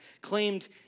claimed